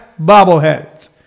bobbleheads